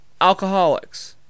alcoholics